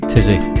Tizzy